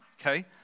okay